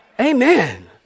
Amen